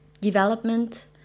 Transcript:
Development